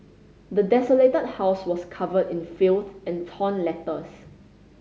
the desolated house was covered in filth and torn letters